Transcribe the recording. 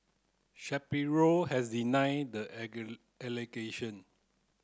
Shapiro has denied the allegation